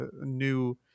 new